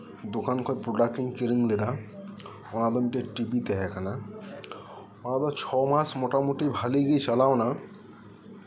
ᱫᱚᱠᱟᱱ ᱠᱷᱚᱱ ᱯᱨᱚᱰᱟᱠᱴ ᱤᱧ ᱠᱤᱨᱤᱧ ᱞᱮᱫᱟ ᱚᱱᱟᱫᱚ ᱢᱤᱫ ᱴᱮᱱ ᱴᱤᱵᱷᱤ ᱛᱟᱦᱮᱸ ᱠᱟᱱᱟ ᱚᱱᱟ ᱫᱚ ᱪᱷᱚ ᱢᱟᱥ ᱢᱳᱴᱟᱢᱩᱴᱤ ᱵᱷᱟᱹᱜᱮ ᱜᱮ ᱪᱟᱞᱟᱣ ᱮᱱᱟ